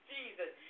Jesus